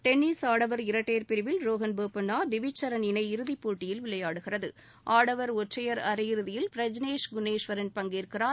tennis ஆடவர் இரட்டையர் பிரிவில் ரோஹன் போப்பண்ணா தவிச் சரண் இணை இறுதிப் போட்டியில் விளையாடுகிறது ஆடவர் ஒற்றையர் அரையிறுதியில் பிரஜ்னேஷ் குன்னிஸ்வரன் பங்கேற்கிறார்